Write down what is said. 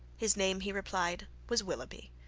his name, he replied, was willoughby,